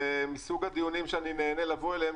מסוג הדיונים שאני נהנה לבוא אליהם,